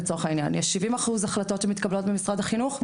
יש 70% החלטות שמתקבלות במשרד החינוך,